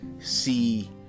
see